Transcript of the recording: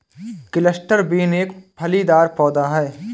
cluster bean एक फलीदार पौधा है